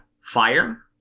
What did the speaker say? fire